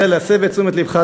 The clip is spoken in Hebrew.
אלא להסב את תשומת הלב שלך,